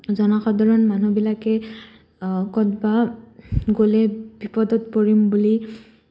জনসাধাৰণ মানুহবিলাকে ক'তবা গ'লে বিপদত পৰিম বুলি